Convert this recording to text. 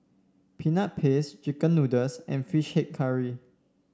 Peanut Paste chicken noodles and fish head curry